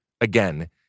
again